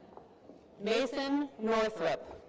mason northrop.